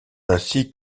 ainsi